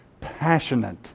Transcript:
passionate